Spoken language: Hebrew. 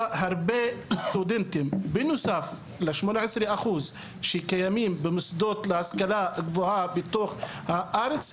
שבנוסף ל-18% שלומדים במוסדות להשכלה גבוהה בתוך הארץ,